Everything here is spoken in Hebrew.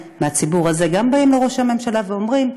מהציבור הזה גם באים לראש הממשלה ואומרים: